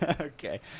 okay